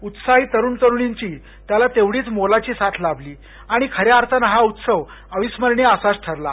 उत्साही तरूण तरुणींची त्याला तेवढीच मोलाची साथ लाभली आणि खऱ्या अर्थानं हा उत्सव अविस्मरणीय असाच ठरला